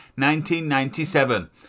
1997